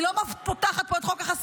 אני לא פותחת פה את חוק החסינות.